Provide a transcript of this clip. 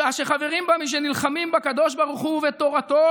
שעה שחברים בה מי שנלחמים בקדוש ברוך הוא ותורתו